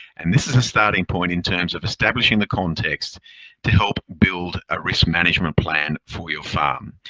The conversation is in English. and this is the starting point in terms of establishing the context to help build a risk management plan for your farm.